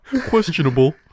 Questionable